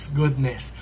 goodness